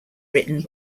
written